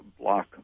Block